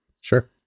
sure